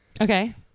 Okay